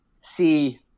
see